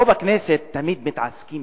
פה בכנסת תמיד מתעסקים